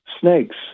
snakes